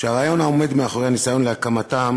הרעיון העומד מאחורי הניסיון להקמתם